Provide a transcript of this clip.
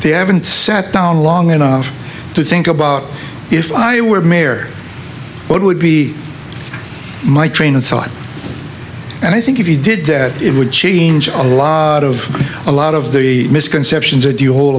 they haven't sat down long enough to think about if i were mayor what would be my train of thought and i think if you did that it would change a lot of a lot of the misconceptions that you all